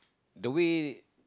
the way